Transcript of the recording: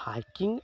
hiking